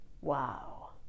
Wow